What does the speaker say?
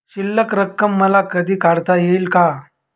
शिल्लक रक्कम मला कधी काढता येईल का?